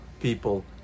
people